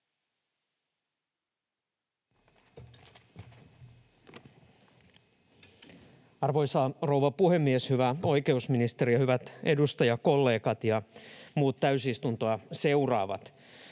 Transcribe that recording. Arvoisa rouva puhemies! Hyvä oikeusministeri, hyvät edustajakollegat ja muut täysistuntoa seuraavat!